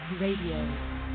Radio